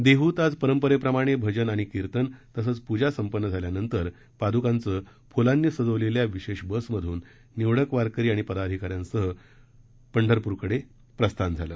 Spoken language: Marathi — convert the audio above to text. देहत आज परंपरेप्रमाणे भजन आणि कीर्तन तसेच प्जा संपन्न झाल्यानंतर पादकांचं फ्लांनी सजवलेल्या विशेष बसमधून निवडक वारकरी आणि पदाधिकाऱ्यांसह पंढरप्रकडे प्रस्थान झालं